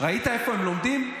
ראית איפה הם לומדים?